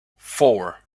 four